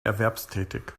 erwerbstätig